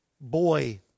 boy